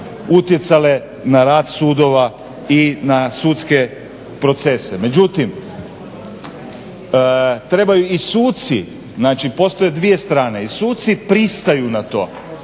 utjecali na rad sudova i na sudske procese. Međutim, trebaju i suci, znači postoje dvije strane i suci pristaju na to.